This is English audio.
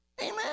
Amen